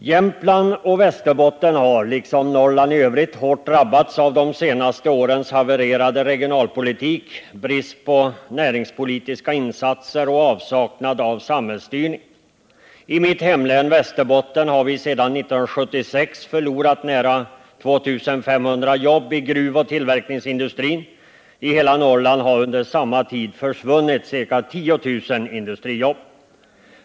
Jämtland och Västerbotten har liksom Norrland i övrigt hårt drabbats av de senaste årens havererade regionalpolitik, brist på näringspolitiska insatser och avsaknad av samhällsstyrning. I mitt hemlän Västerbotten har vi sedan 1976 förlorat nära 2 500 jobb i gruvoch tillverkningsindustrin. I hela Norrland har under samma tid försvunnit ca 10 000 industrijobb.